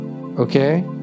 Okay